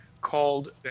called